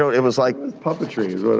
it was like puppetry, it